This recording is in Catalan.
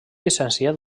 llicenciat